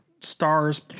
stars